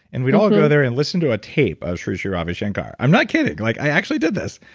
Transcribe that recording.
and we'd all go there and listen to a tape of sri sri ravi shankar. i'm not kidding, like i actually did this.